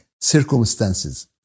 circumstances